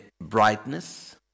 brightness